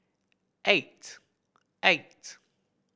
eight eight